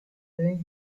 doing